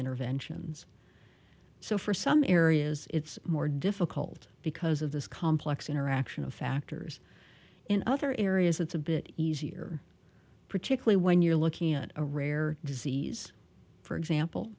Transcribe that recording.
interventions so for some areas it's more difficult because of this complex interaction of factors in other areas it's a bit easier particularly when you're looking at a rare disease for example